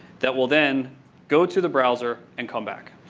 that will then go to the browser and come back.